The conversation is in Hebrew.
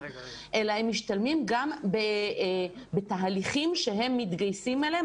אלא הם משתלמים גם בתהליכים שהם מתגייסים אליהם.